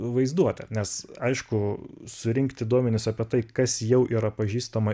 vaizduotė nes aišku surinkti duomenis apie tai kas jau yra pažįstama